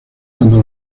cuando